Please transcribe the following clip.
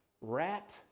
rat